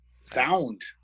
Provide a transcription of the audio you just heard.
Sound